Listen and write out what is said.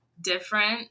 different